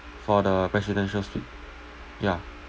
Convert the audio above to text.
for the presidential suite yeah